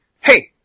Hey